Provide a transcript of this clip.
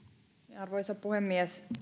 arvoisa puhemies